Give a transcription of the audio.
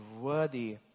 worthy